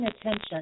attention